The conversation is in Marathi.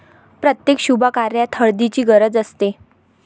प्रत्येक शुभकार्यात हळदीची गरज असते